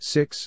Six